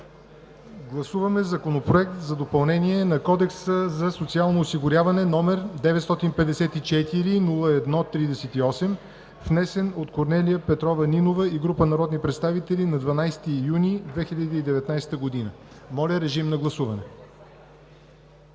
Гласуваме Законопроект за допълнение на Кодекса за социално осигуряване, № 954-01-38, внесен от Корнелия Петрова Нинова и група народни представители на 12 юни 2019 г. Гласували